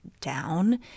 down